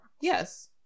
Yes